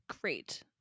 great